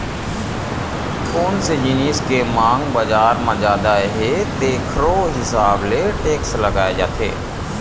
कोन से जिनिस के मांग बजार म जादा हे तेखरो हिसाब ले टेक्स लगाए जाथे